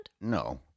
No